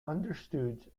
understood